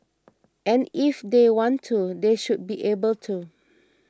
and if they want to they should be able to